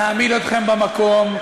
נעמיד אתכם במקום,